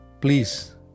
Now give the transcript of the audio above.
please